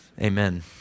Amen